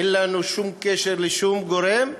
אין לנו שום קשר עם שום גורם,